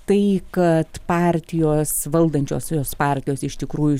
tai kad partijos valdančiosios partijos iš tikrųjų